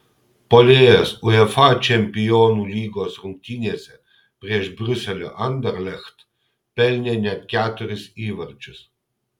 puolėjas uefa čempionų lygos rungtynėse prieš briuselio anderlecht pelnė net keturis įvarčius